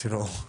אמרתי לו,